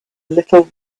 little